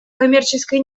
коммерческой